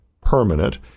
permanent